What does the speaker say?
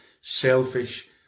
selfish